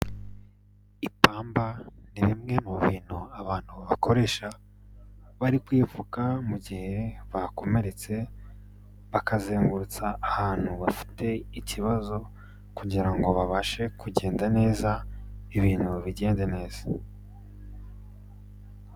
Ipamba ni bimwe mu bintu abantu bakoresha bari kwipfuka mu gihe bakomeretse bakazengurutsa ahantu bafite ikibazo, kugirango babashe kugenda neza ibintu bigende neza.